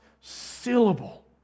syllable